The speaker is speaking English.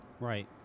right